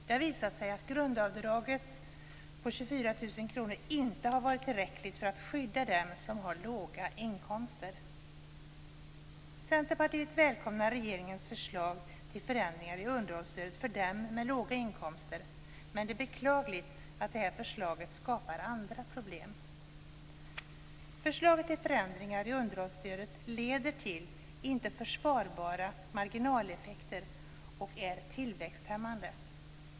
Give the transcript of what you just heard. Det har visat sig att grundavdraget på 24 000 kr inte har varit tillräckligt för att skydda dem som har låga inkomster. Centerpartiet välkomnar regeringens förslag till förändringar i underhållsstödet för dem med låga inkomster, men det är beklagligt att det här förslaget skapar andra problem. Förslaget till förändringar i underhållsstödet leder till marginaleffekter som inte är försvarbara och är tillväxthämmande.